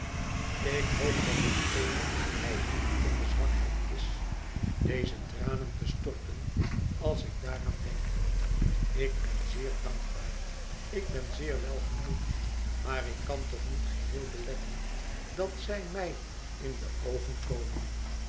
ik hoop dat het geene eigenlievende zwakheid is deze tranen te storten als ik daaraan denk ik ben zeer dankbaar ik ben zeer welgemoed maar ik kan toch niet geheel beletten dat zij mij in de oogen komen